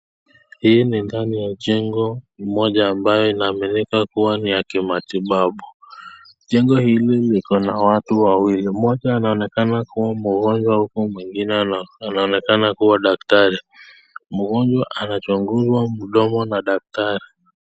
Hii ni ndani ya jengo moja ambayo inaaminika kuwa ni ya kimatibabu. Jengo hili liko na watu wawili. Mmoja anaonekana kuwa mgonjwa huku mwingine anaonekana kuwa daktari. Mgonjwa anachunguzwa mdomo na daktari.